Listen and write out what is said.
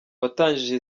watangije